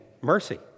Mercy